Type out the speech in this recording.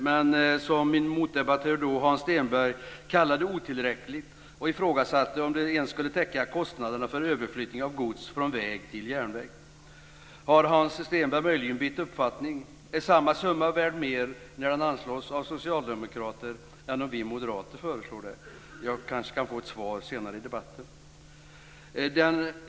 Min motdebattör Hans Stenberg kallade det då otillräckligt och ifrågasatte om det ens skulle täcka kostnaderna för överflyttning av gods från väg till järnväg. Har Hans Stenberg möjligen bytt uppfattning? Är samma summa mer värd när den anslås av socialdemokrater än om den föreslås av oss moderater? Jag kanske kan få ett svar på det senare i debatten.